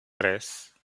tres